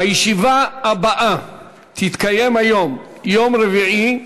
הישיבה הבאה תתקיים היום, יום רביעי,